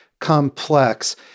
complex